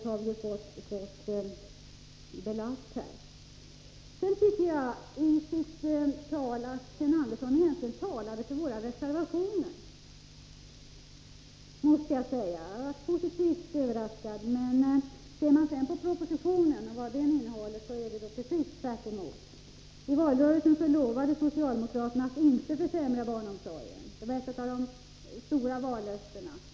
Sedan tycker jag att Sten Andersson i sitt anförande egentligen talade för våra reservationer. Jag blev positivt överraskad, men propositionens innehåll talar tvärtemot det. I valrörelsen lovade socialdemokraterna att inte försämra barnomsorgen. Det var ett av de stora vallöftena!